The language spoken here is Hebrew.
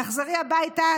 תחזרי הביתה,